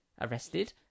arrested